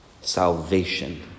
salvation